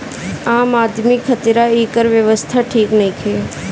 आम आदमी खातिरा एकर व्यवस्था ठीक नईखे